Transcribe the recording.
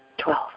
Twelve